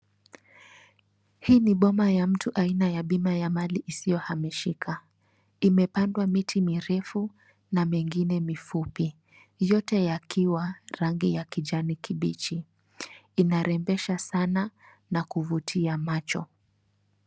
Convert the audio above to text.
Hii ni bomba ya mtu aina ya bima ya mali isiyohamishika. Imepandwa miti mirefu na mengine mifupi, yote yakiwa rangi ya kijani kibichi. Inarembesha sana na kuvutia macho.